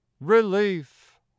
relief